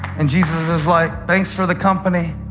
and jesus is like, thanks for the company.